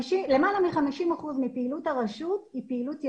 למעלה מ-50 אחוזים מפעילות הרשות היא פעילות יזומה.